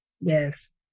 Yes